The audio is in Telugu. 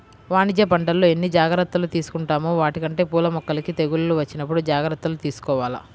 వాణిజ్య పంటల్లో ఎన్ని జాగర్తలు తీసుకుంటామో వాటికంటే పూల మొక్కలకి తెగుళ్ళు వచ్చినప్పుడు జాగర్తలు తీసుకోవాల